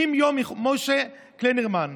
משה קליינרמן,